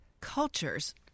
cultures